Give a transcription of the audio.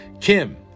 Kim